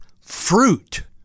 fruit